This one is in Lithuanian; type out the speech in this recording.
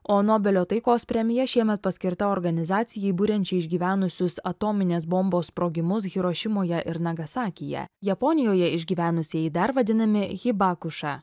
o nobelio taikos premija šiemet paskirta organizacijai buriančiai išgyvenusius atominės bombos sprogimus hirošimoje ir nagasakyje japonijoje išgyvenusieji dar vadinami hibakuša